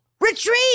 Retreat